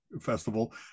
festival